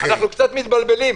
אנחנו קצת מתבלבלים.